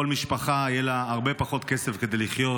לכל משפחה יהיה הרבה פחות כסף כדי לחיות.